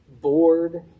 bored